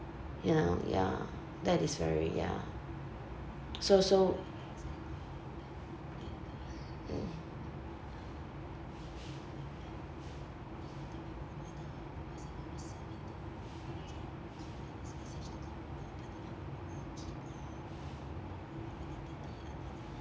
ya mm ya that is very ya so so mm